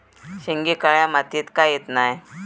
शेंगे काळ्या मातीयेत का येत नाय?